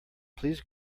please